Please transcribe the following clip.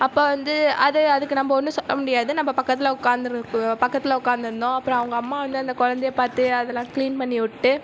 அப்போ வந்து அது அதுக்கு நம்ம ஒன்றும் சொல்ல முடியாது நம்ம பக்கத்தில் உக்கார்ந்து இருக்குது பக்கத்தில் உக்காந்திருந்தோம் அப்புறம் அவங்க அம்மா வந்து அந்த குழந்தையை பார்த்து அதெல்லாம் கிளீன் பண்ணி விட்டு